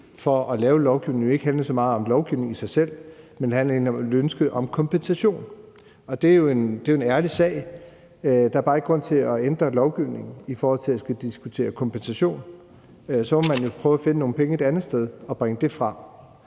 om at lave lovgivning ikke handlede så meget om lovgivning i sig selv, men om ønsket om kompensation. Og det er jo en ærlig sag; der er bare ikke grund til at ændre lovgivningen i forhold til at skulle diskutere kompensation. Så må man jo prøve at finde nogle penge et andet sted og bringe det frem.